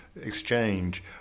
exchange